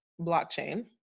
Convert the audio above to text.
blockchain